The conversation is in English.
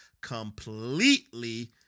completely